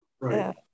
Right